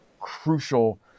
crucial